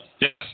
Yes